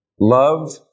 Love